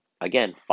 Again